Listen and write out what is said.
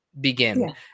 begin